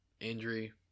Injury